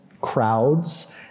crowds